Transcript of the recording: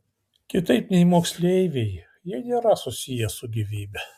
kitaip nei moksleiviai jie nėra susiję su gyvybe